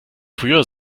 früher